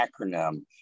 acronym